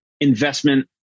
investment